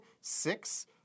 Six